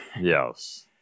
Yes